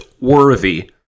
worthy